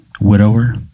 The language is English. widower